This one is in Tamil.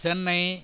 சென்னை